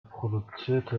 produzierte